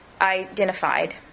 identified